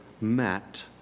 met